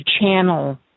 channel